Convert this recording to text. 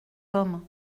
homme